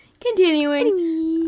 continuing